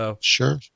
Sure